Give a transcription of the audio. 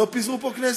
לא פיזרו פה כנסת.